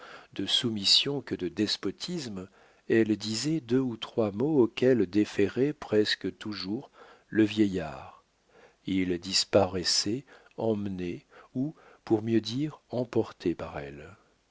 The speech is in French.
de soumission que de despotisme elle disait deux ou trois mots auxquels déférait presque toujours le vieillard il disparaissait emmené ou pour mieux dire emporté par elle